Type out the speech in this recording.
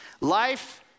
Life